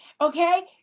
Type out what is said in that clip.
Okay